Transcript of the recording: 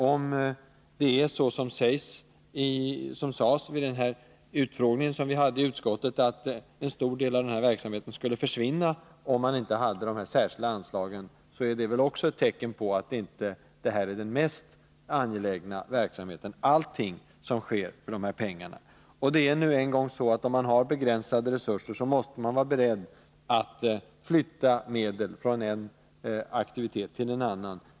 Om det är så, som det sades vid den utfrågning vi hade i utskottet, att en stor del av verksamheten skulle försvinna om man inte hade de särskilda anslagen, är väl också det ett tecken på att inte all den verksamhet som bedrivs för dessa pengar är den mest angelägna. Det är nu en gång så att om man har begränsade resurser måste man vara beredd att flytta medel från en aktivitet till en annan.